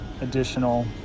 additional